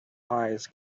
eyes